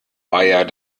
bayer